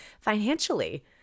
financially